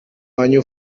año